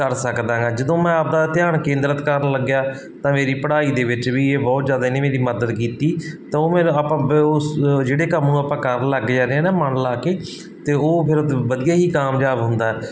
ਕਰ ਸਕਦਾ ਹੈਗਾ ਜਦੋਂ ਮੈਂ ਆਪਦਾ ਧਿਆਨ ਕੇਂਦਰਿਤ ਕਰਨ ਲੱਗਿਆ ਤਾਂ ਮੇਰੀ ਪੜ੍ਹਾਈ ਦੇ ਵਿੱਚ ਵੀ ਇਹ ਬਹੁਤ ਜ਼ਿਆਦਾ ਇਹਨੇ ਮੇਰੀ ਮਦਦ ਕੀਤੀ ਤਾਂ ਉਹ ਫਿਰ ਆਪਾਂ ਉਸ ਜਿਹੜੇ ਕੰਮ ਨੂੰ ਆਪਾਂ ਕਰਨ ਲੱਗ ਜਾਦੇ ਹਾਂ ਨਾ ਮਨ ਲਾ ਕੇ ਤਾਂ ਉਹ ਫਿਰ ਵਧੀਆ ਹੀ ਕਾਮਯਾਬ ਹੁੰਦਾ